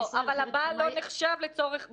אבל הבעל לא נחשב לצורך זה.